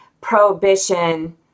Prohibition